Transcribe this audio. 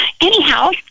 Anyhow